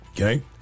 Okay